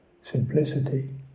Simplicity